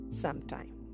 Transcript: sometime